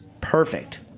perfect